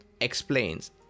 explains